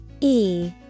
E-